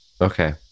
Okay